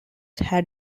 had